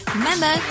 Remember